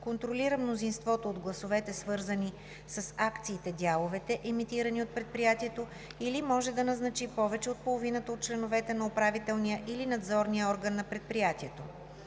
контролира мнозинството от гласовете, свързани с акциите/дяловете, емитирани от предприятието, или може да назначи повече от половината от членовете на управителния или надзорния орган на предприятието.